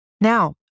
Now